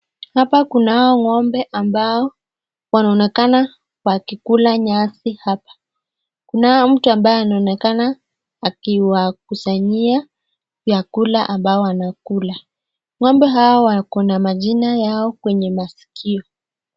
Hapa kuna ng'ombe ambao wanaonekana wakikula nyasi hapa. Kunaye mtu ambaye anaonekana akiwakusanyia vyakula ambavyo wanakula. Ng'ombe hawa wako na majina yao kwenye maskio.